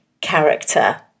character